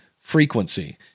frequency